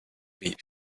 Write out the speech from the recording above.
beat